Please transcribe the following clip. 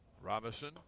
Robinson